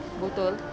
botol